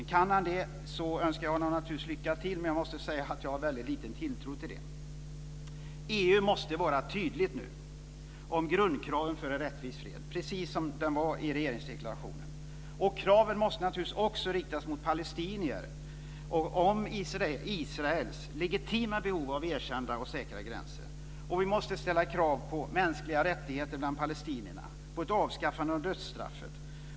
Om han kan det, så önskar jag honom naturligtvis lycka till. Men jag måste säga att jag har väldigt liten tilltro till det. EU måste vara tydlig nu om grundkraven för en rättvis fred, precis som i den utrikespolitiska deklarationen. Och kraven måste naturligtvis också riktas mot palestinier när det gäller Israels legitima behov av erkända och säkra gränser, och vi måste ställa krav på mänskliga rättigheter bland palestinierna och på ett avskaffande av dödsstraffet.